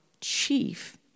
chief